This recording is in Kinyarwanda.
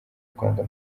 rwanda